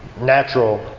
natural